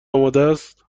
آمادست